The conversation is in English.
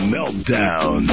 Meltdown